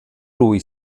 lui